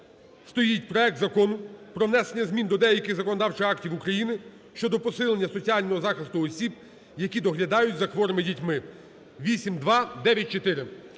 стоїть проект Закону про внесення змін до деяких законодавчих актів України щодо посилення соціального захисту осіб, які доглядають за хворими дітьми (8294).